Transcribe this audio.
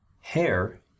hair